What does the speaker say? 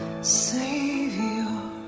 Savior